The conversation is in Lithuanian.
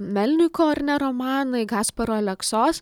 melniko ar ne romanai gasparo aleksos